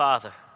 Father